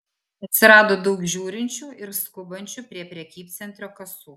atsirado daug žiūrinčių ir skubančių prie prekybcentrio kasų